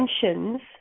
dimensions